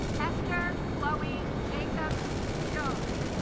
esther khloe jacobs show sh